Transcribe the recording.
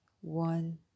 one